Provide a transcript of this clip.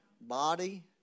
Body